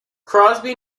crosby